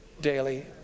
daily